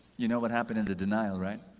you know what happened in the denial, right?